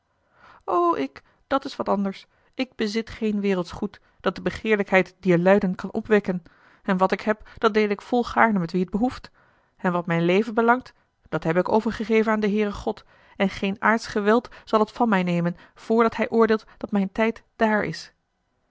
ik dat is wat anders ik bezit geen wereldsch goed dat de begeerlijkheid dier luiden kan opwekken en wat ik heb dat deele ik volgaarne met wie t behoeft en wat mijn leven belangt dat hebbe ik overgegeven aan den heere god en a l g bosboom-toussaint de delftsche wonderdokter eel geen aardsch geweld zal het van mij nemen vrdat hij oordeelt dat mijn tijd dààr is